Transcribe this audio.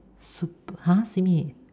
super !huh! simi